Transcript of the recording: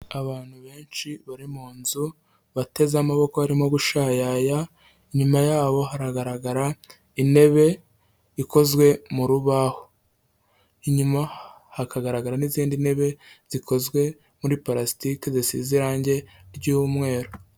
Abantu benshi bari mu nzu bateze amaboko barimo gushayaya, inyuma yaho hagaragara intebe ikozwe mu rubaho. Inyuma hakagaragara n'izindi ntebe zikozwe muri parasitiki zisize irange ry'umweru.